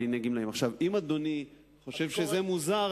אדוני חושב שזה מוזר,